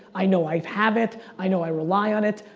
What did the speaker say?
i know i have it. i know i rely on it.